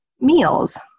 meals